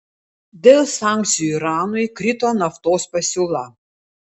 dėl sankcijų iranui krito naftos pasiūla